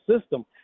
system